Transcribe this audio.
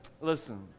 Listen